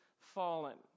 fallen